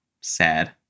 Sad